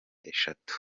eshatu